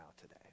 today